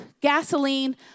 gasoline